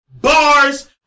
bars